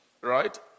right